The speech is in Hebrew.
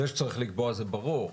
זה שצריך לקבוע זה ברור,